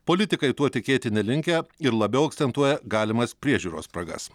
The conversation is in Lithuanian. politikai tuo tikėti nelinkę ir labiau akcentuoja galimas priežiūros spragas